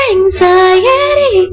Anxiety